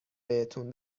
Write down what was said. بهتون